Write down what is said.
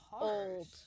old